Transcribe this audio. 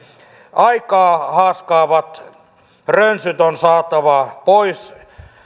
aikaa haaskaavat rönsyt on saatava pois